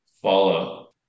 follow